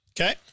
Okay